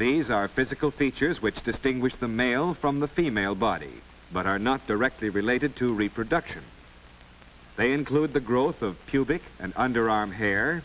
these are physical features which distinguish the male from the female body but are not directly related to reproduction they include the growth of pubic and underarm hair